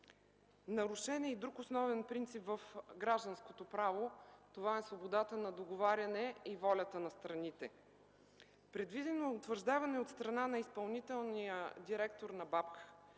Нарушен е и друг основен принцип в гражданското право – това е свободата на договаряне и волята на страните. Предвидено е утвърждаване от страна на изпълнителния директор на